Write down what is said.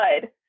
good